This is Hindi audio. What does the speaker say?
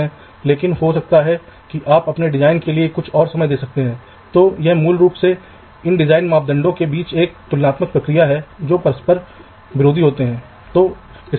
अब आप याद करें मैंने उल्लेख किया है कि जब भी आप किसी विशेष मानक सेल में जगह बनाते हैं तो सेल में एक विशेष गुण होता है कि उसका VDD शीर्ष में कहीं चलता है ग्राउंड लाइन नीचे कहीं चलती है और सभी सेल में उनके सापेक्ष स्थान समान होते हैं